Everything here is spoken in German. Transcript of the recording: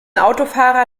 autofahrer